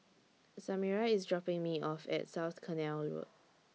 Samira IS dropping Me off At South Canal Road